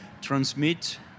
transmit